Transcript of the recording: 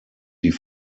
die